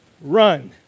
run